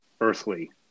earthly